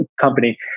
company